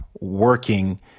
working